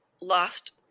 lost